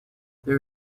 there